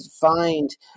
find